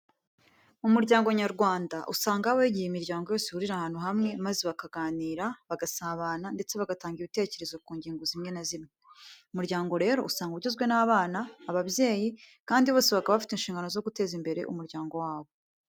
Mu muryango nyarwanda, usanga habaho igihe imiryango yose ihurira ahantu hamwe maze bakaganira, bagasabana ndetse bagatanga ibitekerezo ku ngingo zimwe na zimwe. Umuryango rero usanga ugizwe n'abana, ababyeyi kandi bose baba bafite inshingano zo guteza imbere umuryango wabo.